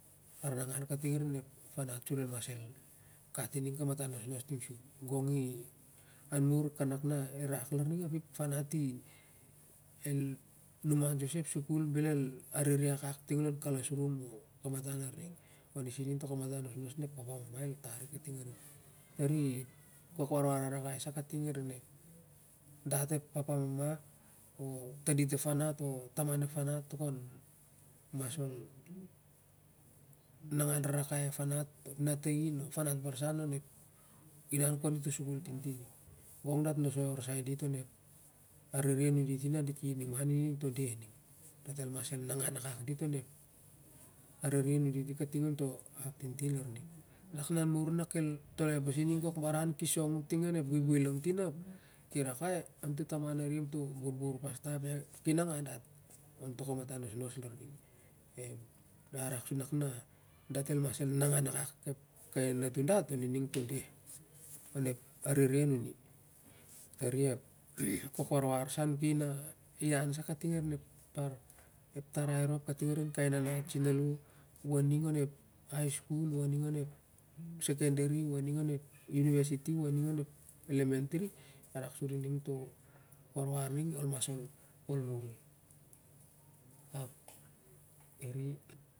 Far nangan kating arin ep fanat sur el mas gat i ning kamatan nosnos ting sum gongi, anmur kanak na el rak lar ning ap i ep fanat el numan soi sa ep sukul bel el arere akak ting an lou kalasrum o kamatan larning on isa ining kamatan nosnos na ep papa mama el tar i arin ep fanat, tari kok warwar rarakai sa kating arin dat kai papamama o taudit ep fanat, natain o fanat ol mas el nangan rarakai ep fanat, natain o fanat barsan o ep in konto sukui tintin gong dat nosai orsai dit onep arere nunditi i kating on to aptintin a nunditi nak nanmur na kei toloi pasi ning kok barah ki song u ting onep buibui lamtin ap ki nangan dat on to kamatan nosnos laruing ia rak dat el mas nangan akak kainanatua dat on i ning to deh onep arere nuni. Tari kok warwar sa a nuki na iau sa kating arin ep tarai rop kating arin kai na nat san alo high school.